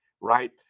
right